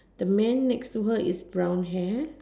the men next to her is brown hair